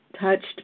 touched